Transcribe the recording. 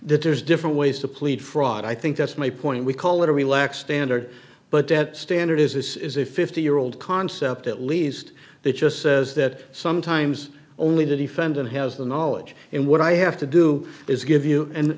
that there's different ways to plead fraud i think that's my point we call it a relaxed standard but that standard is this is a fifty year old concept at least that just says that sometimes only the defendant has the knowledge and what i have to do is give you and